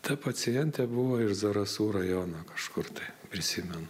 ta pacientė buvo iš zarasų rajono kažkur tai prisimenu